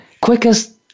quickest